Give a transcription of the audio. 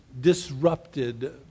disrupted